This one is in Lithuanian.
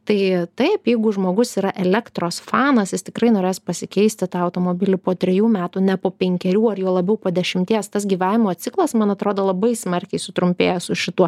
tai taip jeigu žmogus yra elektros fanas jis tikrai norės pasikeisti tą automobilį po trejų metų ne po penkerių ar juo labiau po dešimties tas gyvavimo ciklas man atrodo labai smarkiai sutrumpėja su šituo